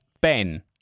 Ben